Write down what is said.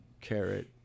Carrot